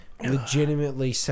legitimately